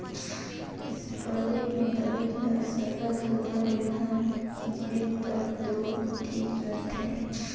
spray में दवई ल सरलग सुग्घर ले घन छींचबे तब दो ठीक रहथे